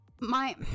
My-